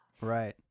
Right